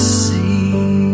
see